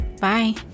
bye